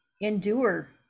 endure